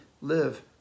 live